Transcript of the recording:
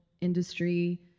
industry